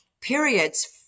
periods